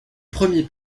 premier